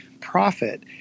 profit